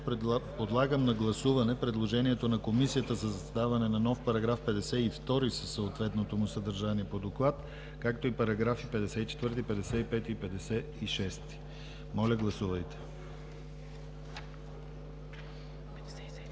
Подлагам на гласуване предложението на Комисията за създаване на нов § 52 със съответното му съдържание по доклад, както и параграфи 54, 55 и 56. Гласували